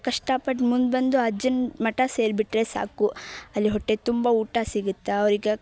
ಕಷ್ಟಪಟ್ಟು ಮುಂದೆ ಬಂದು ಅಜ್ಜನ ಮಠ ಸೇರಿಬಿಟ್ರೆ ಸಾಕು ಅಲ್ಲಿ ಹೊಟ್ಟೆ ತುಂಬ ಊಟ ಸಿಗುತ್ತೆ ಅವ್ರಿಗೆ